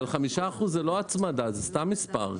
אבל 5% זאת לא הצמדה, זה סתם מספר.